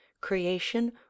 creation